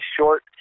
short